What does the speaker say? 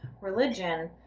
religion